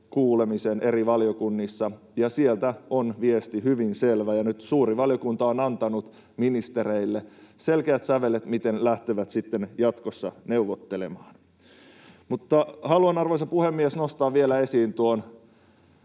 kuulemisen eri valiokunnissa, ja sieltä on viesti hyvin selvä. Nyt suuri valiokunta on antanut ministereille selkeät sävelet, miten lähtevät sitten jatkossa neuvottelemaan. Mutta haluan, arvoisa puhemies, nostaa vielä esiin